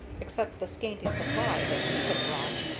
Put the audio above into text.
except the scanty supply that he had brought?